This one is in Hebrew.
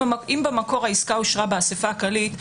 אם במקור העסקה אושרה באסיפה הכללית,